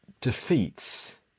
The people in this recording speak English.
defeats